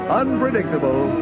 unpredictable